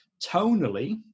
tonally